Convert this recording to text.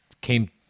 came